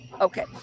okay